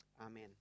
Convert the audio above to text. Amen